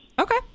Okay